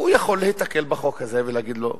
הוא יכול להיתקל בחוק הזה, ויגידו לו: